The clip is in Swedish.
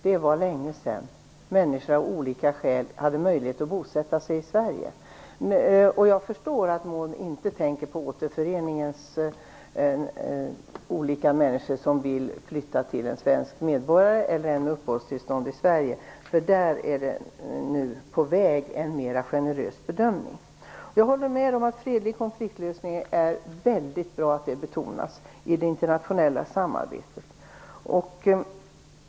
Det var länge sedan människor av olika skäl hade möjlighet att bosätta sig i Sverige. Jag förstår att Maud Björnemalm inte tänker på återförening och de olika människor som vill flytta till en svensk medborgare eller till någon som har uppehållstillstånd i Sverige, därför att där är en mera generös bedömning nu på väg. Jag håller med om det är väldigt bra att fredlig konfliktlösning betonas i det internationella samarbetet.